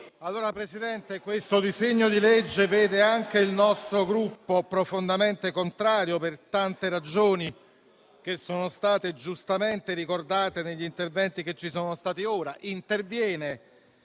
Signora Presidente, questo disegno di legge vede anche il nostro Gruppo profondamente contrario per tante ragioni, che sono state giustamente ricordate negli interventi precedenti. Il provvedimento interviene